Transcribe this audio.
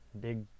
Big